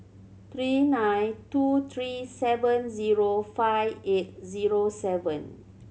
three nine two three seven zero five eight zero seven